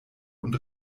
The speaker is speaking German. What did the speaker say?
und